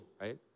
right